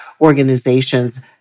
organization's